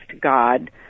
God